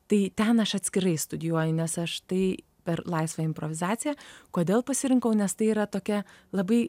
tai ten aš atskirai studijuoju nes aš tai per laisvą improvizaciją kodėl pasirinkau nes tai yra tokia labai